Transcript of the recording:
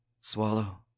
Swallow